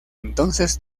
entonces